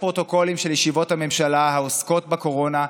הפרוטוקולים של ישיבות הממשלה העוסקות בקורונה,